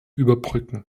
überbrücken